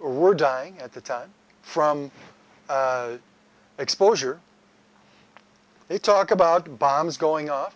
or were dying at the time from exposure they talk about bombs going off